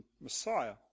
Messiah